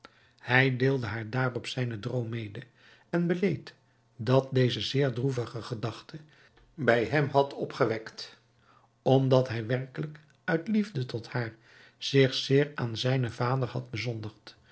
hij deelde haar daarop zijnen droom mede en beleed dat deze zeer droevige gedachten bij hem had opgewekt omdat hij werkelijk uit liefde tot haar zich zeer aan zijnen vader had